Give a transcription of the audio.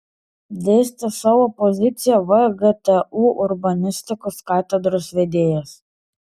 dėstė savo poziciją vgtu urbanistikos katedros vedėjas